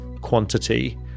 quantity